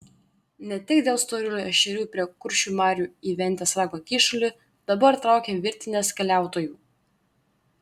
ne tik dėl storulių ešerių prie kuršių marių į ventės rago kyšulį dabar traukia virtinės keliautojų